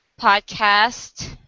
podcast